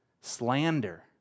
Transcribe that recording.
slander